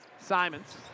Simons